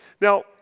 Now